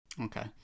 Okay